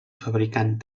fabricant